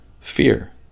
fear